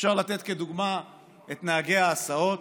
אפשר לתת כדוגמה את נהגי ההסעות,